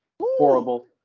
horrible